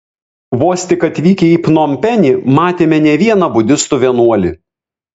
vos tik atvykę į pnompenį matėme ne vieną budistų vienuolį